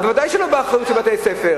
ודאי שלא באחריות של בתי-ספר,